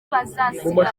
bazasiganwa